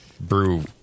Brew